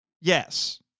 yes